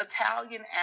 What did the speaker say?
Italian